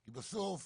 כי בסוף,